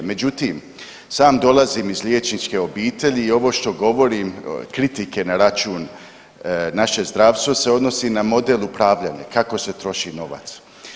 Međutim, sam dolazim iz liječničke obitelji i ovo što govorim kritike na račun našeg zdravstva se odnosi na model upravljanja kako se troši novac.